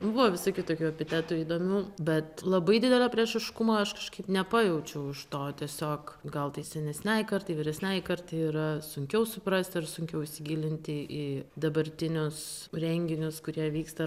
buvo visokių tokių epitetų įdomių bet labai didelio priešiškumo aš kažkaip nepajaučiau iš to tiesiog gal tai senesniajai kartai vyresniajai kartai yra sunkiau suprasti ir sunkiau įsigilinti į dabartinius renginius kurie vyksta